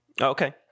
okay